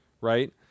right